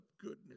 goodness